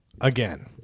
again